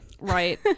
Right